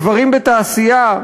גברים בתעשייה,